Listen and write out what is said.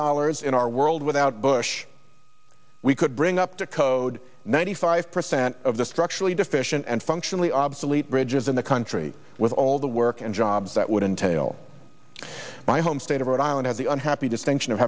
dollars in our world without bush we could bring up to code ninety five percent of the structurally deficient and functionally obsolete bridges in the country with all the work and jobs that would entail my home state of rhode island and the unhappy distinction of